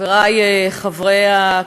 תודה לך,